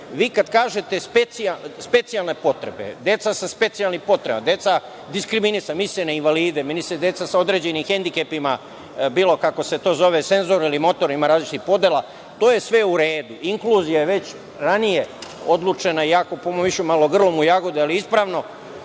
Kad kažete specijalne potrebe, deca sa specijalnim potrebama, deca diskriminisana, misli se na invalide, misli se na decu sa određenim hendikepima, bilo kako da se to zove, senzor ili motornim, ima različitih podelama. To je sve u redu, inkluzija je već ranije odlučena, iako smo išli malo grlom u jagode, ali ispravno,